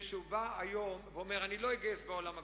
כאשר הוא בא היום ואומר: לא אגייס בעולם הגדול,